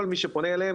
כל מי שפונה אליהם,